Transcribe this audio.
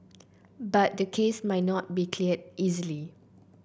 but the case might not be cleared easily